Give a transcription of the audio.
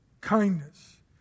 kindness